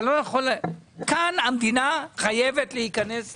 כאן המדינה חייבת להיכנס לעניין.